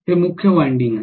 हे मुख्य वायंडिंग आहे